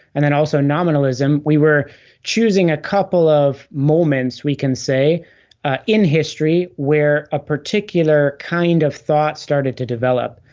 and then also nominalism, we were choosing a couple of moments we can say in history where a particular kind of thought started to develop.